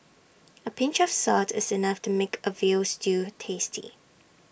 A pinch of salt is enough to make A Veal Stew tasty